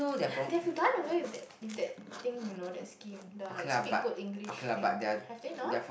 they have to done away with that with that thing you know that scheme the like speak good English thing have they not